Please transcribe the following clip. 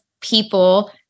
people